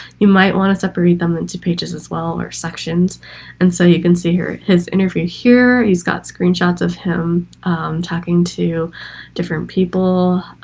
you might want to separate them into pages as well or sections and so you can see here his interface here he's got screenshots of him talking to different people